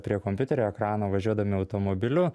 prie kompiuterio ekrano važiuodami automobiliu